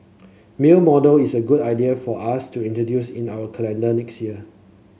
male model is a good idea for us to introduce in our calendar next year